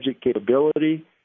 capability